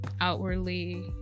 outwardly